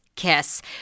kiss